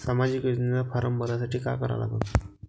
सामाजिक योजनेचा फारम भरासाठी का करा लागन?